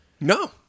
No